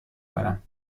کنم